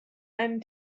einen